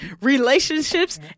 relationships